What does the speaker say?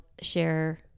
share